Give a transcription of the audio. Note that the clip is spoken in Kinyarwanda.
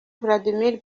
vladmir